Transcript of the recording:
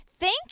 Thank